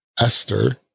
Esther